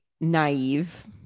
naive